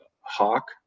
Hawk